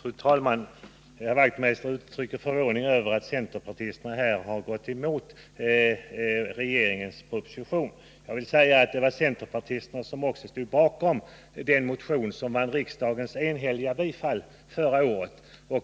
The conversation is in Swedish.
Fru talman! Knut Wachtmeister uttrycker förvåning över att centerpartisterna här har gått emot regeringens proposition. Jag vill då säga att det var centerpartiet som stod bakom också den motion som vann riksdagens enhälliga bifall förra året.